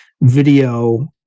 video